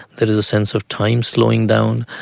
there is a sense of time slowing down,